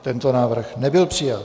Tento návrh nebyl přijat.